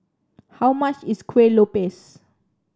how much is Kuih Lopes